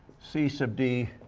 c sub d,